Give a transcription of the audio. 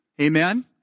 Amen